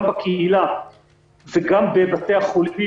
גם בקהילה וגם בבתי החולים,